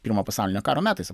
pirmo pasaulinio karo metais